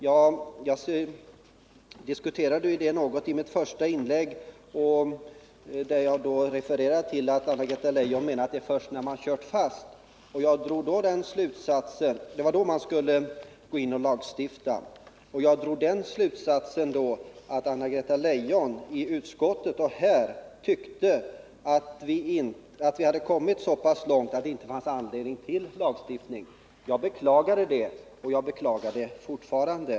Ja, jag diskuterade detta något i mitt första inlägg. Jag refererade till att Anna-Greta Leijon menar att det är först när man har kört fast som det skall lagstiftas. Jag drog då den slutsatsen att Anna-Greta Leijon i utskottet och här tyckte att vi nu kommit så pass långt att det inte finns anledning till lagstiftning. Jag beklagade detta och beklagar det fortfarande.